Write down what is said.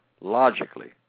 logically